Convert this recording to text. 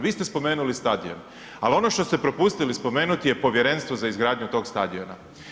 Vi ste spomenuli stadion ali ono što ste propustili spomenuti je Povjerenstvo za izgradnju tog stadiona.